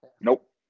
Nope